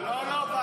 קריאה: לא, לא.